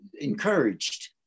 encouraged